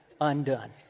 undone